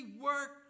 work